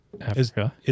Africa